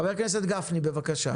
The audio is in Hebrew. חבר הכנסת גפני, בבקשה.